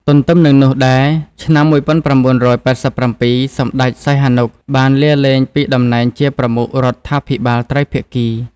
ទន្ទឹមនឹងនោះដែរឆ្នាំ ១៩៨៧ សម្តេច សីហនុ បានលាលែងពីដំណែងជាប្រមុខរដ្ឋាភិបាលត្រីភាគី។